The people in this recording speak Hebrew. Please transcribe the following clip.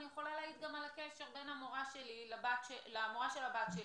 אני יכולה להעיד גם על הקשר עם המורה של הבת שלי.